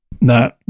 No